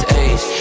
age